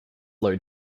low